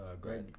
Great